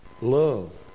Love